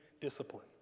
discipline